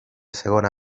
segona